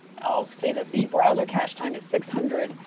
i'll say that the browser cache time is six hundred,